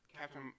Captain